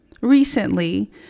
recently